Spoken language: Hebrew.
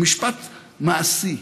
הוא משפט מעשי.